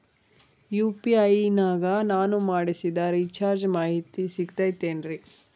UPI ನಾಗ ನಾನು ಮಾಡಿಸಿದ ರಿಚಾರ್ಜ್ ಮಾಹಿತಿ ಸಿಗುತೈತೇನ್ರಿ?